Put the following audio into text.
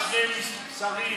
זה לא ועדה, זה, בין שני שרים.